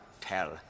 Tell